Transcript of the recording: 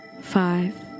Five